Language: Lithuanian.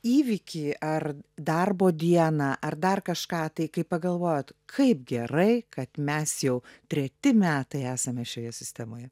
įvykį ar darbo dieną ar dar kažką tai kai pagalvojot kaip gerai kad mes jau treti metai esame šioje sistemoje